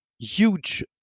Huge